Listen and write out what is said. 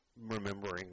remembering